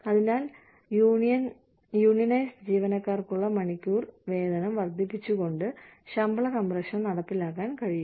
അതിനാൽ യൂണിയനൈസ്ഡ് ജീവനക്കാർക്കുള്ള മണിക്കൂർ വേതനം വർദ്ധിപ്പിച്ചുകൊണ്ട് ശമ്പള കംപ്രഷൻ നടപ്പിലാക്കാൻ കഴിയും